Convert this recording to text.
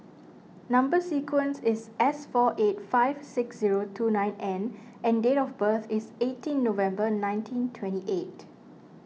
Number Sequence is S four eight five six zero two nine N and date of birth is eighteen November nineteen twenty eight